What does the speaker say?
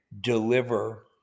deliver